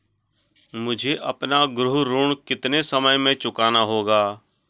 मुझे अपना गृह ऋण कितने समय में चुकाना होगा?